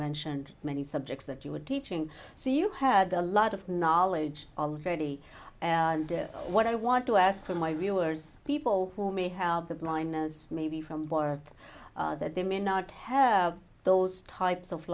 mentioned many subjects that you were teaching so you had a lot of knowledge already and what i want to ask for my you are people who may have the blindness maybe from birth that they may not have those types of